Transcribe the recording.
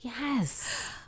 Yes